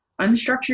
unstructured